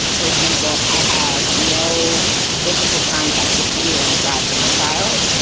for example, i have no physical contact with anyone aside from my child.